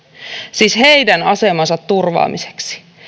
siis heidän asemansa turvaamiseksi